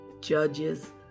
judges